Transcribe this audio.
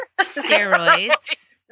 Steroids